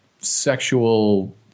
sexual